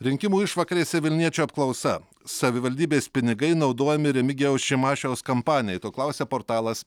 rinkimų išvakarėse vilniečių apklausa savivaldybės pinigai naudojami remigijaus šimašiaus kampanijai to klausia portalas